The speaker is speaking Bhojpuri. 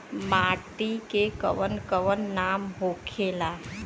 माटी के कौन कौन नाम होखेला?